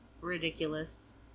Ridiculous